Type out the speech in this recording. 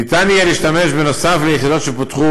נוסף על היחידות שפותחו,